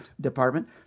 department